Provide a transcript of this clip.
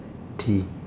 T